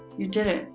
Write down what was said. you did it!